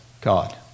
God